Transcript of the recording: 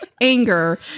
anger